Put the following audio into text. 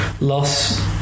loss